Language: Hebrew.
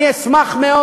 אני אשמח מאוד.